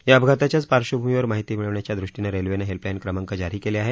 या अपघाताच्याच पार्श्वभूमीवर माहिती मिळण्याच्या दृष्टीने रेल्वेनें हेल्पलाईन क्रमांक जारी केले आहेत